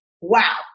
wow